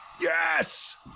Yes